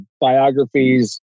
biographies